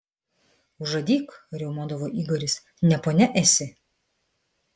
užadyk riaumodavo igoris ne ponia esi